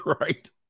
right